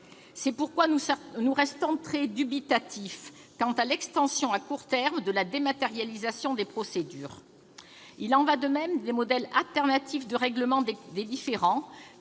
C'est pourquoi nous restons très dubitatifs quant à l'extension à court terme de la dématérialisation des procédures. Il en va de même des modes alternatifs de règlement des différends,